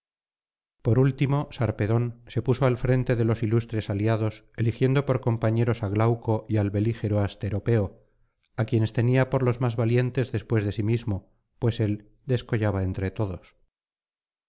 por último sarpedón se puso al frente de los ilustres aliados eligiendo por compañeros á glauco y al belígero asteropeo á quienes tenía por los más valientes después de sí mismo pues él descollaba entre todos